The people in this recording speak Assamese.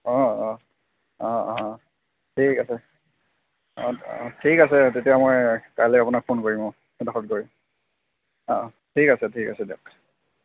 অঁ অঁ অঁ অঁ ঠিক আছে অঁ অঁ ঠিক আছে তেতিয়া মই কাইলৈ আপোনাক ফোন কৰিম অঁ সেইডোখৰত গৈ অঁ অঁ ঠিক আছে ঠিক আছে দিয়ক